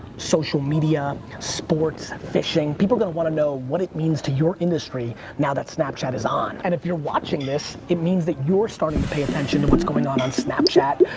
social media, sports, fishing, people are gonna want to know what it means to your industry now that snapchat is on. and if you're watching this, it means that you're starting to pay attention to what's going on on snapchat.